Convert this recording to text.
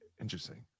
Interesting